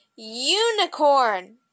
Unicorn